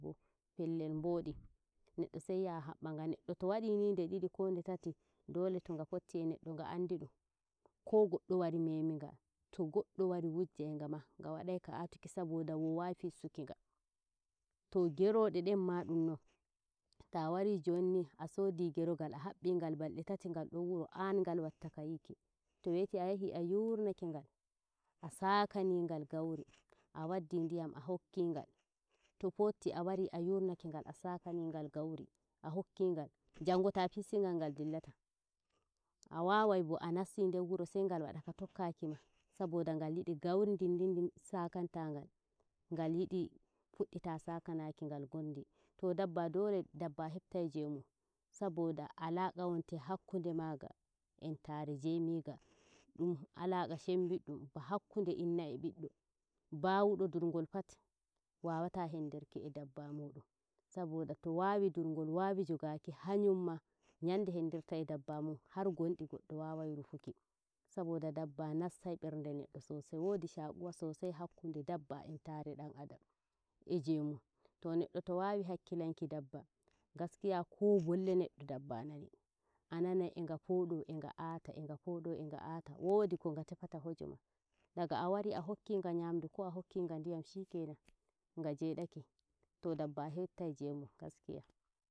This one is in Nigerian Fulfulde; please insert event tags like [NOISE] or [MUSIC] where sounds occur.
pellel nbodi neɗɗo sai yaa haɓɓa nga. neddo to wadii nii nde didi ko nde tati [NOISE] dole to nga fotti e neɗɗo nga andi dum ko goddo wari memi nga to goddo wari wujjai nga ma nga waɗai ka aatuki saboda woowai fissuki nga too gerode [NOISE] den ma dumnon taa wari jonni a sodi gerogal a habbbi ngal balde tati ngal don wuro an gnal watta ka yiki to weti a yahi a yurnakengal a sakani ngal gauri a waddi ndiyam a hokkingal to fofti a wari a yurnake ngal a sakanignal gauri a hokki ngal jango taa fistingal nga dillata. a wawai bo a nasti nder wuro sai ngal wada ka tokka kima saboda ngal yidi gauri ndindin sakantangal ngondi to dabba dole dabba hepta jewmun saboda alaqa wonte hakkunde maga entare e jeymiga dum alaqa shen biddum ba hakkunde inna e biddo. ba wudo durngol pat, wawata hendirki e dabba mudum saboda to wawi durgol wawi jogaki hanyum ma nynde [NOISE] hendirta e dabba mu har gonɗi goɗɗo wawai rufuki saboda dabba nastai berde neddo sosai wodi shaquwa sosai hakkunde dabba entare dan adam e jeymum to neddo to waawi hakkilanki dabba gaskiya ko bolle neɗɗo dabba nani a nanai e nga foodo e nga aata e nga foodo e nga aata wodi ko nga tefata hojema. daga a wari a hokki nga nyamdu ko a wari a hokkinga ndiyam shikenan nga jedake to dabba hettai jeymun gaskiya.